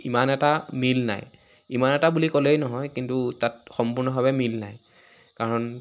ইমান এটা মিল নাই ইমান এটা বুলি ক'লেই নহয় কিন্তু তাত সম্পূৰ্ণভাৱে মিল নাই কাৰণ